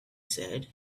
said